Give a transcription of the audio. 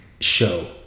show